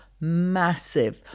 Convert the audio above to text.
massive